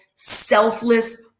selfless